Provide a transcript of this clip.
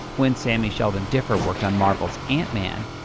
when sammy sheldon-differ worked on marvel's ant man,